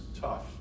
tough